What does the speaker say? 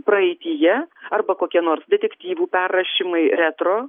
praeityje arba kokie nors detektyvų perrašymai retro